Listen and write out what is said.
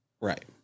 Right